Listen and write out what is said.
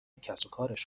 کسوکارش